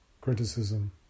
Criticism